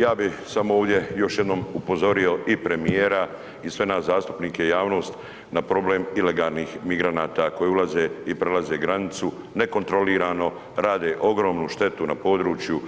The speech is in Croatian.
Ja bih samo ovdje još jednom upozorio i premijera i sve nas zastupnike i javnost na problem ilegalnih migranata koji ulaze i prelaze granicu nekontrolirano, rade ogromnu štetu na području